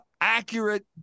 accurate